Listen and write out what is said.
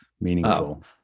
meaningful